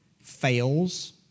fails